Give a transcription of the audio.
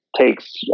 takes